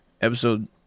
Episode